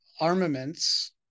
armaments